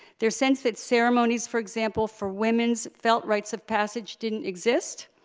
their sense that ceremonies, for example, for women's felt rites of passage didn't exist,